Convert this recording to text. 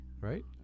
Right